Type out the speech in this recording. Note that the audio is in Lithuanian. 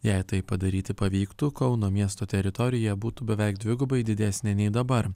jei tai padaryti pavyktų kauno miesto teritorija būtų beveik dvigubai didesnė nei dabar